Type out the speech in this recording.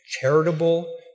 charitable